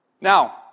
Now